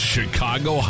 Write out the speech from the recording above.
Chicago